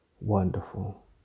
wonderful